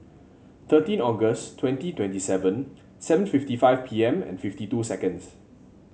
thirteen August twenty twenty seven seven fifty five P M and fifty two seconds